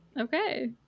Okay